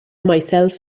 myself